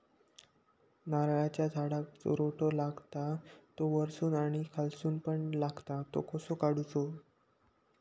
नारळाच्या झाडांका जो रोटो लागता तो वर्सून आणि खालसून पण लागता तो कसो काडूचो?